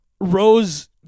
Rose